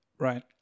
Right